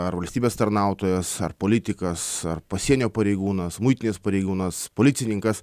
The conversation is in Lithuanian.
ar valstybės tarnautojas ar politikas ar pasienio pareigūnas muitinės pareigūnas policininkas